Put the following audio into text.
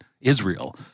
Israel